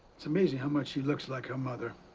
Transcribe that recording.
it's amazing how much she looks like her mother.